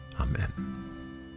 amen